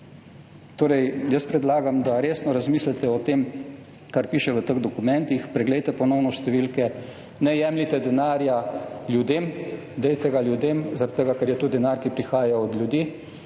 še slabša. Predlagam, da resno razmislite o tem, kar piše v teh dokumentih. Ponovno preglejte številke, ne jemljite denarja ljudem, dajte ga ljudem, zaradi tega ker je to denar, ki prihaja od ljudi,